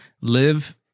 live